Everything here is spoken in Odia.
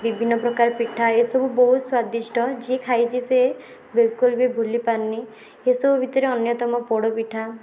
ବିଭିନ୍ନ ପ୍ରକାର ପିଠା ଏସବୁ ବହୁତ ସ୍ଵାଦିଷ୍ଟ ଯିଏ ଖାଇଛି ସିଏ ବିଲକୁଲ୍ ବି ଭୁଲି ପାରିନି ଏସବୁ ଭିତରେ ଅନ୍ୟତମ ପୋଡ଼ପିଠା